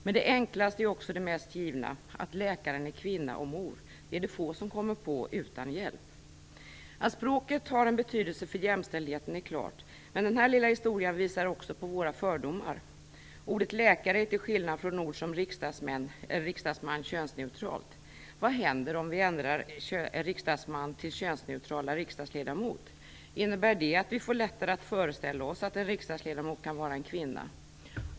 Men det enklaste, som också är det mest givna - att läkaren är kvinna och mor - är det få som kommer på utan hjälp. Att språket har betydelse för jämställdheten är klart, men denna lilla historia visar också på våra fördomar. Ordet läkare är till skillnad från ord som riksdagsman könsneutralt. Vad händer om vi ändrar "riksdagsledamot"? Innebär det att vi får lättare att föreställa oss att en riksdagsledamot kan vara en kvinna?